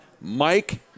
Mike